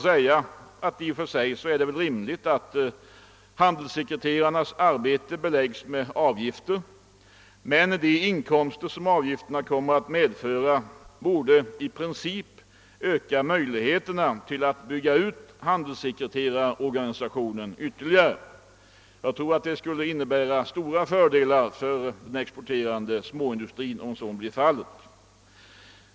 I och för sig är det väl rimligt att handelssekreterarnas arbete <avgiftsbeläggs, men de inkomster som dessa avgifter kommer att medföra borde i princip öka möjligheterna att bygga ut handelssekreterarorganisationen ytterligare. Jag tror att detta skulle medföra stora fördelar för den exporterande småindustrin.